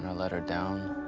ah let her down.